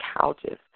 couches